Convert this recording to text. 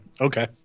Okay